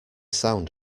sound